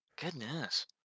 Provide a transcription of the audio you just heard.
Goodness